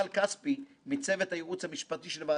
תודה גם ליועץ המשפטי לכנסת,